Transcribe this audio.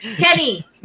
Kenny